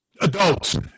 Adults